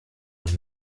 nad